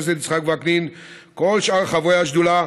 הכנסת יצחק וקנין וכל שאר חברי השדולה,